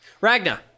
Ragna